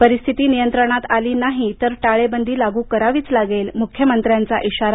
परिस्थिती नियंत्रणात आली नाही तर टाळेबंदी लागू करावीच लागेल मुख्यमंत्र्यांचा इशारा